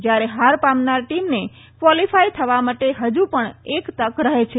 જ્યારે હાર પામનાર ટીમને ક્વોલિફાય થવા માટે હજુ પણ એક તક રહે છે